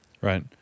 right